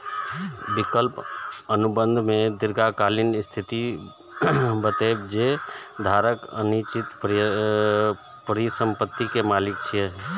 विकल्प अनुबंध मे दीर्घकालिक स्थिति बतबै छै, जे धारक अंतर्निहित परिसंपत्ति के मालिक छियै